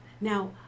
Now